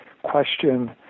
question